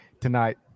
tonight